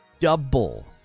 double